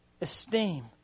esteem